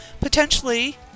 potentially